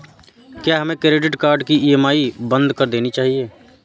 क्या हमें credit card की ई.एम.आई बंद कर देनी चाहिए?